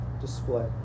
display